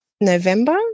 November